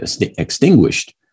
extinguished